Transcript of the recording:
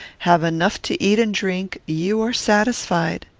have enough to eat and drink, you are satisfied.